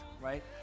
right